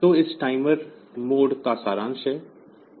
तो यह इस टाइमर मोड का सारांश है